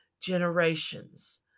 generations